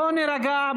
בוא נירגע,